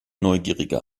neugierige